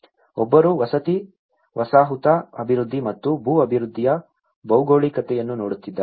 ಒಬ್ಬರು ವಸತಿ ವಸಾಹತು ಅಭಿವೃದ್ಧಿ ಮತ್ತು ಭೂ ಅಭಿವೃದ್ಧಿಯ ಭೌಗೋಳಿಕತೆಯನ್ನು ನೋಡುತ್ತಿದ್ದಾರೆ